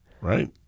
Right